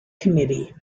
committee